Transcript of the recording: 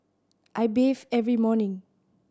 I bathe every morning